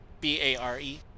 b-a-r-e